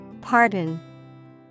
Pardon